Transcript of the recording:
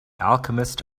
alchemist